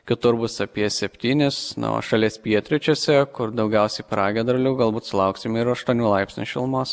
kitur bus apie septynis na o šalies pietryčiuose kur daugiausiai pragiedrulių galbūt sulauksime ir aštuonių laipsnių šilumos